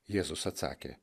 jėzus atsakė